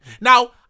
Now